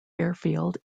airfield